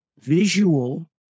visual